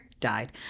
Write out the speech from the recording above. died